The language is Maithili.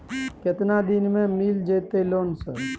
केतना दिन में मिल जयते लोन सर?